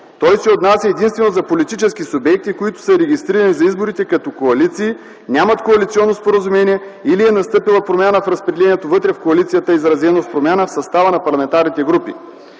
Той се отнася единствено за политически субекти, които са регистрирани за изборите като коалиции, нямат коалиционно споразумение или е настъпила промяна в разпределението вътре в коалицията, изразена в промяна на състава на парламентарните групи.